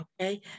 okay